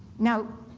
now,